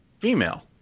female